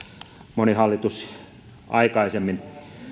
moni hallitus aikaisemmin